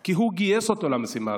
כי הוא גייס אותו למשימה הזאת.